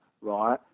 right